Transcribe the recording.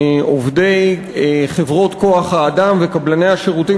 עובדי חברות כוח-האדם וקבלני השירותים